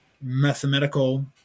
mathematical